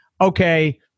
Okay